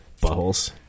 Buttholes